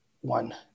one